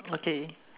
okay